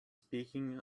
speaking